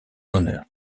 honneur